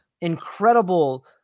incredible